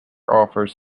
offers